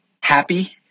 happy